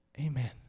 Amen